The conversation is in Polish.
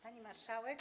Pani Marszałek!